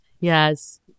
Yes